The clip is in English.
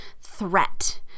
threat